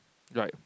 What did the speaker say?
right